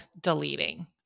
deleting